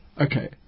okay